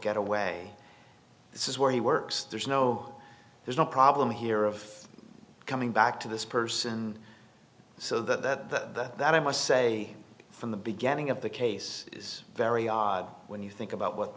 get away this is where he works there's no there's no problem here of coming back to this person so that the that i must say from the beginning of the case is very odd when you think about what